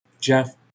Jeff